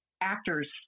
actors